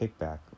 kickback